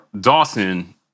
Dawson